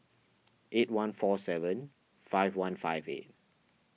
eight one four seven five one five eight